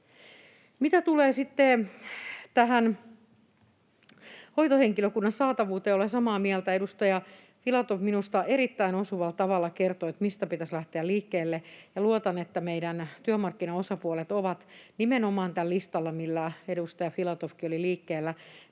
sitten tähän hoitohenkilökunnan saatavuuteen, olen samaa mieltä. Edustaja Filatov minusta erittäin osuvalla tavalla kertoi, mistä pitäisi lähteä liikkeelle, ja luotan, että meidän työmarkkinaosapuolet ovat nimenomaan tällä listalla, millä edustaja Filatovkin oli liikkeellä,